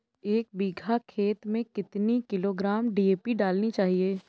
एक बीघा खेत में कितनी किलोग्राम डी.ए.पी डालनी चाहिए?